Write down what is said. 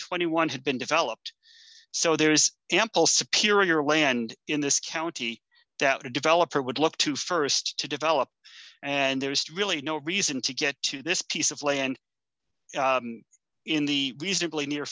twenty one had been developed so there is ample secure your land in this county that a developer would look to st to develop and there's really no reason to get to this piece of land in the reasonably near